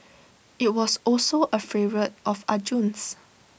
IT was also A favourite of Arjun's